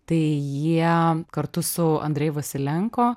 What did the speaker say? tai jie kartu su andrei vasilenko